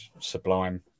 sublime